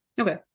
Okay